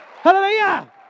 Hallelujah